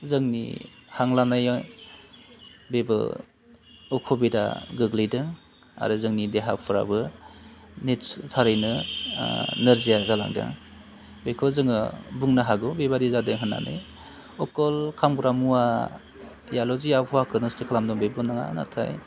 जोंनि हां लानाया बेबो उसुबिदा गोग्लैदों आरो जोंनि देहाफ्राबो थारैनो नोरजिया जालांदों बेखौ जोङो बुंनो हागौ बेबादि जादों होन्नानै अकल खामग्रा मुवायाल' जि आबहावाखौ नस्थ' खालामदों बेबो नङा नाथाय